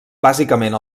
bàsicament